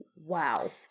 Wow